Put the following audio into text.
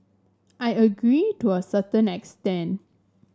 I agree to a certain extent